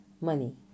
money